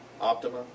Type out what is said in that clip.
Optima